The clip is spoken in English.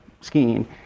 skiing